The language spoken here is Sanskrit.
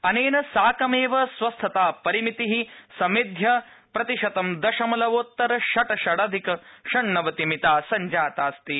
अनेन साकमेव सबसधता परिमिति समेध्य प्रतिशतं दशमलवोत्तर षट षडधिक षण्णवति मिता संजातास्ति